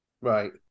Right